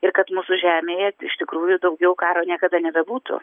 ir kad mūsų žemėje iš tikrųjų daugiau karo niekada nebebūtų